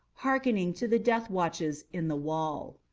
hearkening to the death watches in the wall.